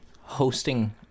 hosting